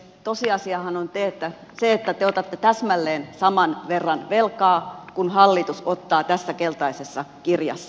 tosiasiahan on se että te otatte täsmälleen saman verran velkaa kuin hallitus ottaa tässä keltaisessa kirjassa